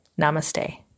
Namaste